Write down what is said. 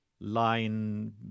Line